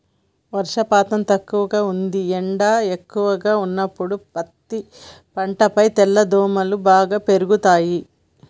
వర్షపాతం తక్కువగా ఉంది ఎండ ఎక్కువగా ఉన్నప్పుడు పత్తి పంటపై తెల్లదోమలు బాగా పెరుగుతయి